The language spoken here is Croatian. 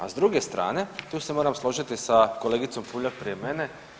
A s druge strane tu se moram složiti sa kolegicom Puljak prije mene.